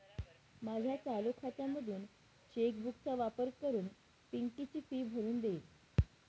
माझ्या चालू खात्यामधून चेक बुक चा वापर करून पिंकी ची फी भरून देईल